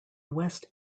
west